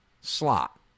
slot